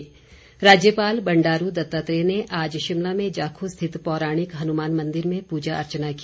राज्यपाल राज्यपाल बंडारू दत्तात्रेय ने आज शिमला में जाखू स्थित पौराणिक हनुमान मंदिर में पूजा अर्चना की